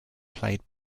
played